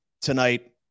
tonight